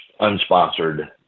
unsponsored